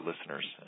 listeners